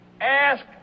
Ask